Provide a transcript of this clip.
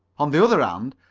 on the other hand,